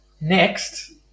Next